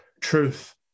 Truth